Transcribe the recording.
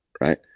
right